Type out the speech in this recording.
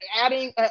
adding